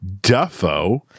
Duffo